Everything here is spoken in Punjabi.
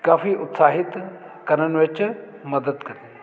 ਕਾਫੀ ਉਤਸ਼ਾਹਿਤ ਕਰਨ ਵਿੱਚ ਮਦਦ ਕਰਦੇ